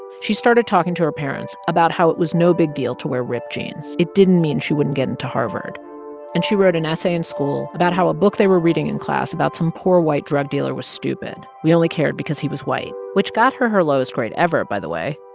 and she started talking to her parents about how it was no big deal to wear ripped jeans. it didn't mean she wouldn't get into harvard and she wrote an essay in school about how a book they were reading in class about some poor, white drug dealer was stupid. we only cared because he was white which got her her lowest grade ever, by the way.